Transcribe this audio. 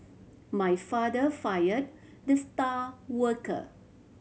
my father fired the star worker